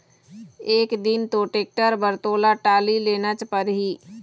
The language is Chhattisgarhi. एक दिन तो टेक्टर बर तोला टाली लेनच परही